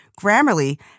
Grammarly